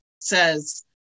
says